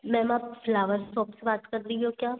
ma'am आप flower shop से बात कर रही हो क्या